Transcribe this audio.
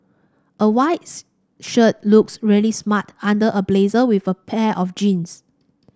a white shirt looks really smart under a blazer with a pair of jeans